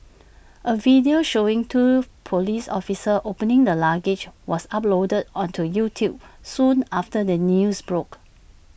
A video showing two Police officers opening the luggage was uploaded onto YouTube soon after the news broke